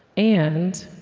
and